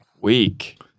Week